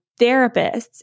Therapists